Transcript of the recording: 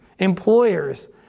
employers